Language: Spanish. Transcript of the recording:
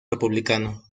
republicano